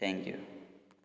thank you